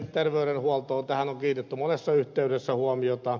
tähän on kiinnitetty monessa yhteydessä huomiota